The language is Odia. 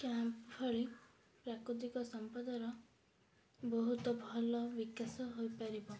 କ୍ୟାମ୍ପ ଭଳି ପ୍ରାକୃତିକ ସମ୍ପଦର ବହୁତ ଭଲ ବିକାଶ ହୋଇପାରିବ